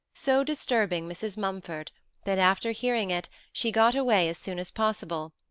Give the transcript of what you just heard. so disturbing mrs. mumford that, after hearing it, she got away as soon as possible,